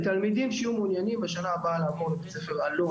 תלמידים שיהיו מעוניינים בשנה הבאה לעבור לבית ספר אלון,